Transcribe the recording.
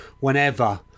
whenever